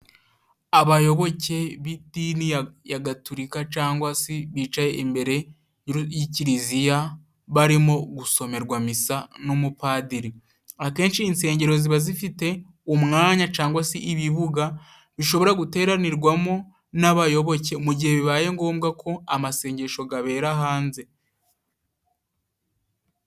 Abayoboke b'idini ya gatotulika cangwa se bicaye imbere y'ikiliziya barimo gusomerwa misa n'umupadiri, akenshi insengero ziba zifite umwanya cyangwa se ibibuga bishobora guteranirwamo n'abayoboke, mu gihe bibaye ngombwa ko amasengesho gabera hanze.